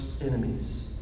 enemies